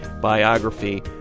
Biography